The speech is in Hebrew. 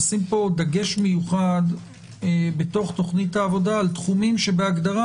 לשים דגש מיוחד בתוך תוכנית העבודה על תחומים שבהגדרה